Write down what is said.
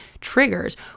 triggers